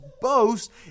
boast